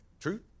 true